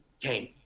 came